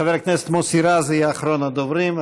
חבר הכנסת מוסי רז יהיה אחרון הדוברים.